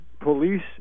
Police